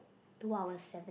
two hours seven